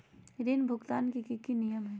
ऋण भुगतान के की की नियम है?